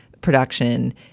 production